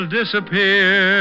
disappear